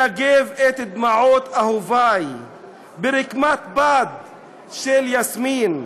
/ ואנגב את דמעות אהובי / ברקמת בד של יסמין,